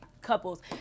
couples